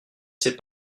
sais